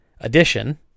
addition